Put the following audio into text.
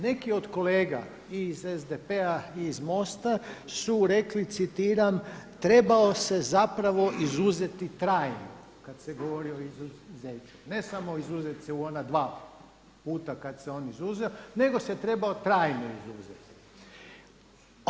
Neki od kolega i iz SDP-a i iz MOST-a su rekli, citiram: „Trebao se zapravo izuzeti trajno.“ kad se govori o izuzeću, ne samo izuzet se u ona dva puta kad se on izuzeo, nego se trebao trajno izuzeti.